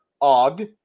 Og